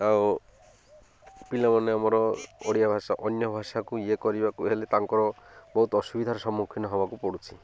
ଆଉ ପିଲାମାନେ ଆମର ଓଡ଼ିଆ ଭାଷା ଅନ୍ୟ ଭାଷାକୁ ଇଏ କରିବାକୁ ହେଲେ ତାଙ୍କର ବହୁତ ଅସୁବିଧାର ସମ୍ମୁଖୀନ ହବାକୁ ପଡ଼ୁଛି